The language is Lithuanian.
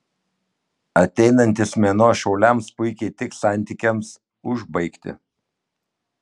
ateinantis mėnuo šauliams puikiai tiks santykiams užbaigti